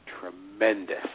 tremendous